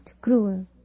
cruel